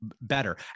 better